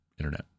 Internet